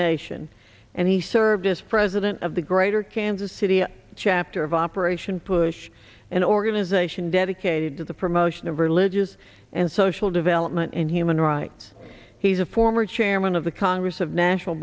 nation and he served as president of the greater kansas city chapter of operation push an organization dedicated to the promotion of religious and social development and human rights he's a former chairman of the congress of national